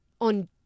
on